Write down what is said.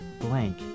blank